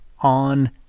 on